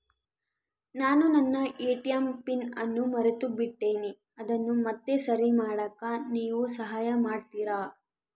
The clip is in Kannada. ನಾನು ನನ್ನ ಎ.ಟಿ.ಎಂ ಪಿನ್ ಅನ್ನು ಮರೆತುಬಿಟ್ಟೇನಿ ಅದನ್ನು ಮತ್ತೆ ಸರಿ ಮಾಡಾಕ ನೇವು ಸಹಾಯ ಮಾಡ್ತಿರಾ?